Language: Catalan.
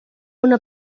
una